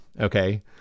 Okay